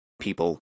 people